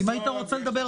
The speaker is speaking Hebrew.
אחד מהם הוא תיקון